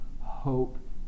hope